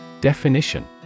Definition